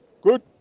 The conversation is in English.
Good